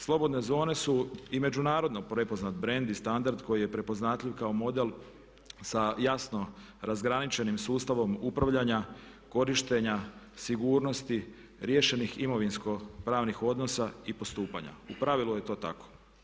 Slobodne zone su i međunarodno prepoznat brend i standard koji je prepoznatljiv kao model sa jasno razgraničenim sustavom upravljanja, korištenja, sigurnosti, riješenih imovinsko pravnih odnosa i postupanja, u pravilu je to tako.